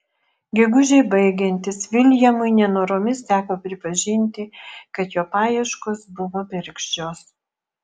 gegužei baigiantis viljamui nenoromis teko pripažinti kad jo paieškos buvo bergždžios